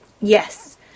Yes